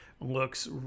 looks